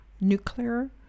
nuclear